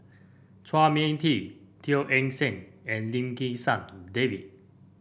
Chua Mia Tee Teo Eng Seng and Lim Kim San David